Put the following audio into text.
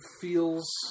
feels